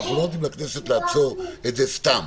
ולא נותנים לכנסת לעצור את זה סתם,